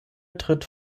tritt